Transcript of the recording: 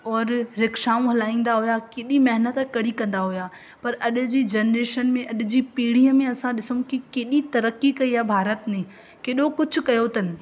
और रिक्शाऊं हलाईंदा हुआ केॾी महिनतु कड़ी कंदा हुआ पर अॼु जी जनरेशन में अॼु जी पीढ़ीअ में असां ॾिसूं की केॾी तरक़ी कई आहे भारत ने केॾो कुझु कयो अथनि